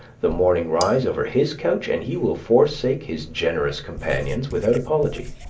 the morning rise over his couch, and he will forsake his generous companions without apology.